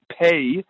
pay